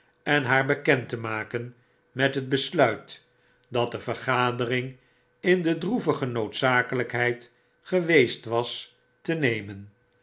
en haar bekend te maken met het besluit dat de vergadering in de droevige noodzakelykheid geweest was te nemen